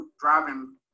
driving